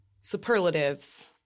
superlatives